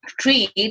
treat